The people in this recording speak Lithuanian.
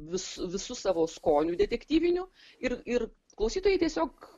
vis visu savo skoniu detektyviniu ir ir klausytojai tiesiog